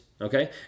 okay